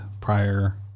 prior